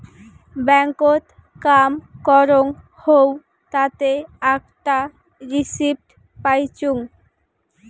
ব্যাংকত কাম করং হউ তাতে আকটা রিসিপ্ট পাইচুঙ